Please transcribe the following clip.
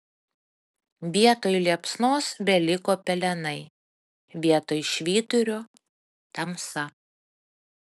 vietoj liepsnos beliko pelenai vietoj švyturio tamsa